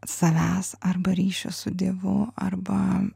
savęs arba ryšio su dievu arba